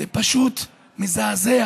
זה פשוט מזעזע.